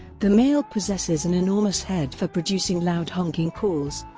the male possesses an enormous head for producing loud honking calls.